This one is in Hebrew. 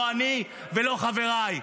לא אני ולא חבריי.